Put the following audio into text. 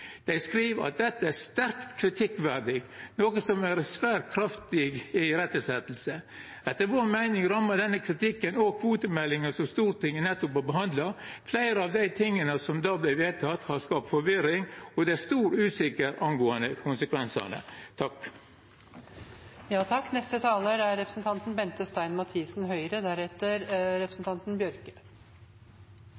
Dei skriv at dette er sterkt kritikkverdig, noko som er ei svært kraftig irettesetjing. Etter vår meining rammar denne kritikken òg kvotemeldinga som Stortinget nettopp har behandla. Fleire av dei tinga som då vart vedtekne, har skapt forvirring, og det er stor usikkerheit om konsekvensane.